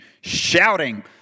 shouting